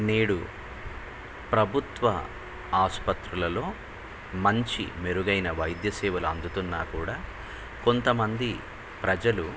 నేడు ప్రభుత్వ ఆసుపత్రులలో మంచి మెరుగైన వైద్య సేవలు అందుతున్నా కూడా కొంతమంది ప్రజలు